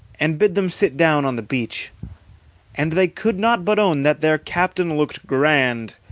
and bade them sit down on the beach and they could not but own that their captain looked grand,